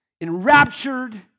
enraptured